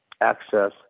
access